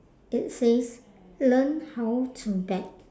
it says learn how to bet